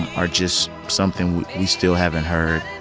are just something we still haven't heard,